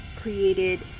created